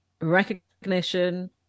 recognition